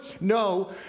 No